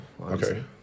Okay